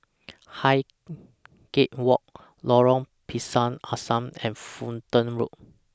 Highgate Walk Lorong Pisang Asam and Fulton Road